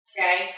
Okay